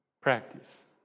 practice